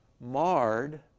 marred